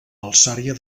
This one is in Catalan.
alçària